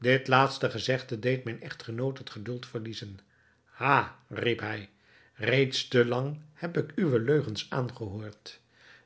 dit laatste gezegde deed mijn echtgenoot het geduld verliezen ha riep hij reeds te lang heb ik uwe leugens aangehoord